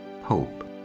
Hope